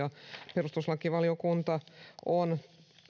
perustuslakivaliokunta on